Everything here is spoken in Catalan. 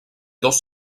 dos